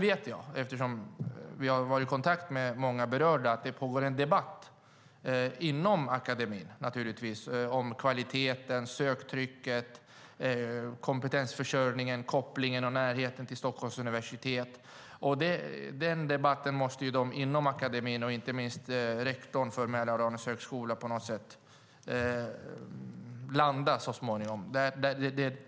Eftersom vi har varit i kontakt med många berörda vet jag att det pågår en debatt inom akademin om kvaliteten, söktrycket, kompetensförsörjningen, kopplingen och närheten till Stockholms universitet. I den debatten måste de inom akademin och inte minst rektorn för Mälardalens högskola så småningom på något sätt landa.